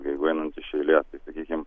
jeigu einant iš eilės sakykim